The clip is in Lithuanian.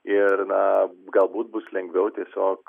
ir na galbūt bus lengviau tiesiog